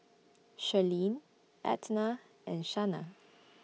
Sherlyn Edna and Shanna